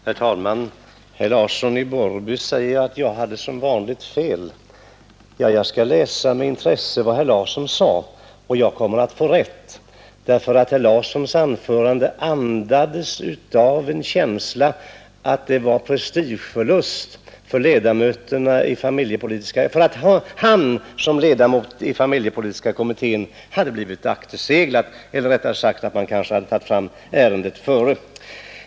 Herr talman! Herr Larsson i Borrby sade att jag som vanligt hade fel. Jag skall med intresse läsa i protokollet vad herr Larsson sade, och jag kommer att få rätt, därför att herr Larssons anförande klargjorde att det var en prestigeförlust för honom att såsom ledamot i familjepolitiska kommittén ha blivit akterseglad då man tagit fram ärendet i förväg.